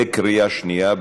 בקריאה שנייה.